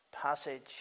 passage